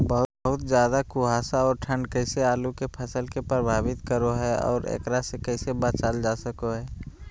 बहुत ज्यादा कुहासा और ठंड कैसे आलु के फसल के प्रभावित करो है और एकरा से कैसे बचल जा सको है?